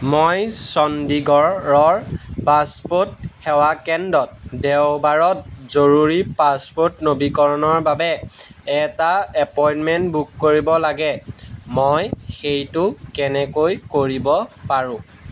মই চণ্ডীগড়ৰৰ পাছপ'ৰ্ট সেৱা কেন্দ্ৰত দেওবাৰত জৰুৰী পাছপ'ৰ্ট নৱীকৰণৰ বাবে এটা এপইণ্টমেণ্ট বুক কৰিব লাগে মই সেইটো কেনেকৈ কৰিব পাৰোঁ